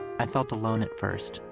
i felt alone at first,